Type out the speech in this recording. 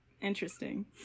interesting